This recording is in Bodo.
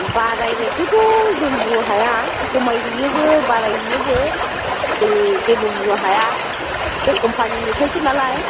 बारायनायखौथ' जों बुंनो हाया खमायहैयोबो बारायहैयोबो जों जेबो बुंनो हाया बे कम्फानिनिफ्रायसो नालाय